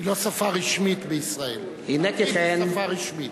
היא לא שפה רשמית בישראל, ערבית היא שפה רשמית.